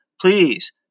please